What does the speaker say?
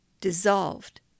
dissolved